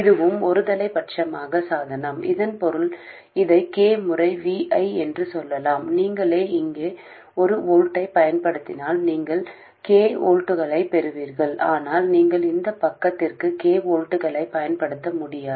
இதுவும் ஒருதலைப்பட்சமான சாதனம் இதன் பொருள் இதை k முறை V i என்று சொல்லலாம் நீங்கள் இங்கே ஒரு வோல்ட்டைப் பயன்படுத்தினால் இங்கே நீங்கள் k வோல்ட்களைப் பெறுவீர்கள் ஆனால் நீங்கள் இந்தப் பக்கத்திற்கு k வோல்ட்களைப் பயன்படுத்த முடியாது